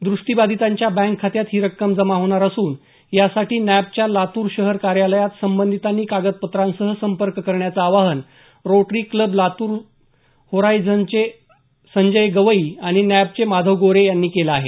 दृष्टीबाधितांच्या bank खात्यात ही रक्कम जमा होणार असून यासाठी नॅबच्या लातूर शहर कार्यालयात संबंधितांनी कागदपत्रांसह संपर्क करण्याचं आवाहन रोटरी क्लब लातूर होरायझनचे संजय गवई आणि नॅबचे माधव गोरे यांनी केलं आहे